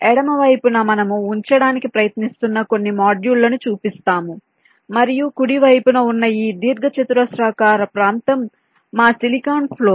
ఎడమ వైపున మనము ఉంచడానికి ప్రయత్నిస్తున్న కొన్ని మాడ్యూళ్ళను చూపిస్తాము మరియు కుడి వైపున ఉన్న ఈ దీర్ఘచతురస్రాకార ప్రాంతం మా సిలికాన్ ఫ్లోర్